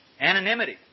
Anonymity